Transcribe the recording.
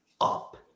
up